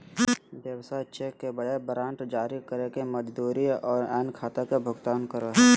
व्यवसाय चेक के बजाय वारंट जारी करके मजदूरी और अन्य खाता के भुगतान करो हइ